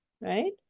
Right